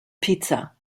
pizza